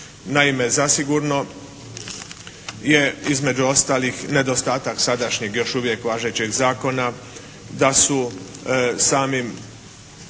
Naime zasigurno je između ostalih nedostatak sadašnjeg još uvijek važećeg zakona da su samim